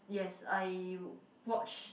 yes I watch